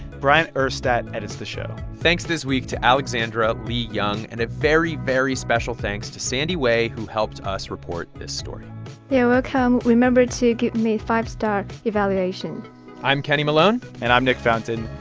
bryant urstadt edits the show thanks this week to alexandra leigh young. and a very, very special thanks to sandy wei, who helped us report this story you're welcome. remember to give me five-star evaluation i'm kenny malone and i'm nick fountain.